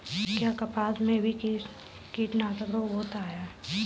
क्या कपास में भी कीटनाशक रोग होता है?